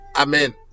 Amen